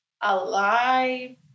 alive